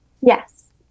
Yes